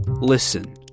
listen